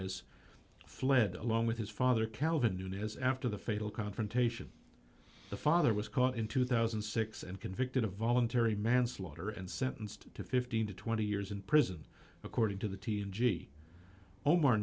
ss fled along with his father calvin nunez after the fatal confrontation the father was caught in two thousand and six and convicted of voluntary manslaughter and sentenced to fifteen to twenty years in prison according to the t g v omar